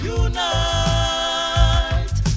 unite